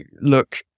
look